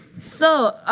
so